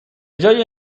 جای